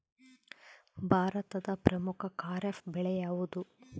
ಭಾರತದ ಪ್ರಮುಖ ಖಾರೇಫ್ ಬೆಳೆ ಯಾವುದು?